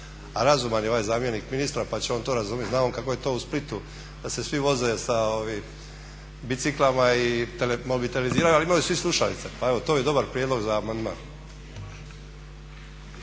A razuman je ovaj zamjenik ministra pa će on to razumjeti, zna on kako je to u Splitu da se svi voze sa biciklima i mobiteliziraju, ali imaju svi slušalice. Pa evo to je dobar prijedlog za amandnam.